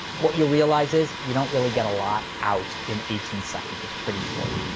what you'll realize is you don't really get a lot out in eighteen seconds. it's pretty short.